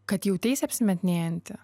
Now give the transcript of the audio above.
kad jauteisi apsimetinėjanti